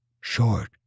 Short